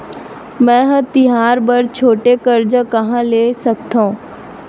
मेंहा तिहार बर छोटे कर्जा कहाँ ले सकथव?